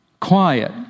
quiet